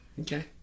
Okay